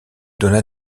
donna